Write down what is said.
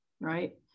right